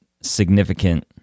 significant